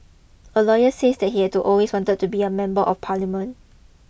a lawyer says that he had always wanted to be a member of parliament